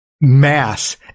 Mass